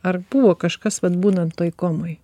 ar buvo kažkas vat būnant toj komoj